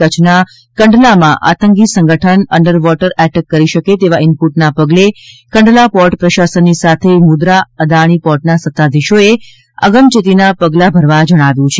કચ્છના કંડલામાં આંતકી સંગઠન અંડર વોટર એટેક કરી શકે તેવા ઈનપુટના પગલે કંડલા પોર્ટ પ્રસાસનની સાથે મુંદરા અદાણી પોર્ટના સત્તાધીશોએ આગચેતીના પગલા ભરવા જણાવ્યુ છે